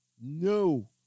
no